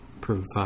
provide